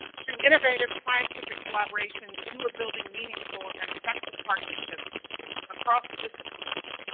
through innovative scientific collaborations you are building meaningful and effective partnerships across disciplines,